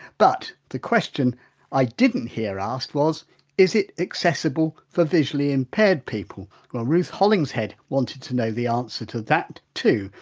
but the question i didn't hear asked was is it accessible for visually impaired people well, ruth hollingshead wanted to know the answer to that too.